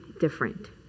different